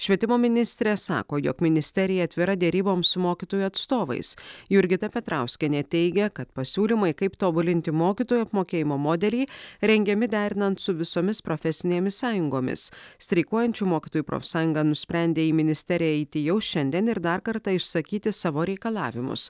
švietimo ministrė sako jog ministerija atvira deryboms su mokytojų atstovais jurgita petrauskienė teigia kad pasiūlymai kaip tobulinti mokytojų apmokėjimo modelį rengiami derinant su visomis profesinėmis sąjungomis streikuojančių mokytojų profsąjunga nusprendė į ministeriją eiti jau šiandien ir dar kartą išsakyti savo reikalavimus